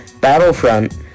Battlefront